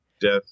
Death